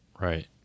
Right